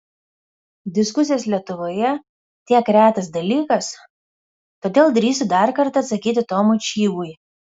diskusijos lietuvoje tiek retas dalykas todėl drįsiu dar kartą atsakyti tomui čyvui